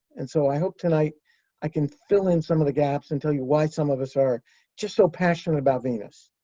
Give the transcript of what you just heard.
and so i hope tonight i can fill in some of the gaps and tell you why some of us are just so passionate about venus.